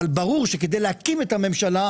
ברור שכדי להקים את הממשלה,